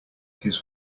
his